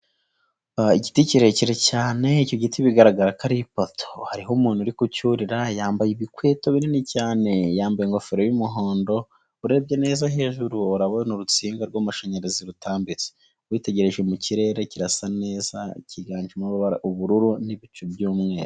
Igiti kirekire cyane icyo giti bigaragara ko ari ipoto hariho umuntu uri kucyurira yambaye ibikweto binini cyane yambaye ingofero y'umuhondo, urebye neza hejuru urabona urusinga rw'amashanyarazi rutambitse. Witegereje mu kirere kirasa neza kiganjemo ubururu n'ibicu by'umweru.